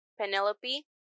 Penelope